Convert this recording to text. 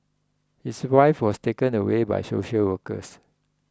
his wife was taken away by social workers